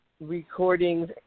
recordings